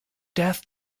death